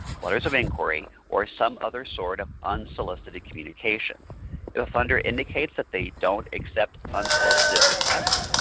letters of inquiry, or some other sort of unsolicited communication. if the funder indicates that they don't accept unsolicited requests,